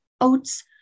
oats